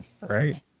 Right